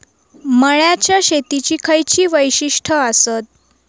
मळ्याच्या शेतीची खयची वैशिष्ठ आसत?